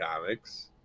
Comics